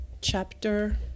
chapter